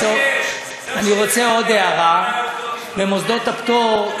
אני רוצה עוד הערה: במוסדות הפטור,